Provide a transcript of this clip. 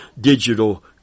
digital